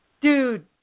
Dude